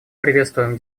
приветствуем